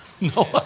No